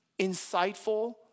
insightful